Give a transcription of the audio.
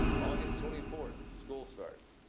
august twenty fourth school starts.